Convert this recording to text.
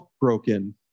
broken